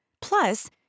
Plus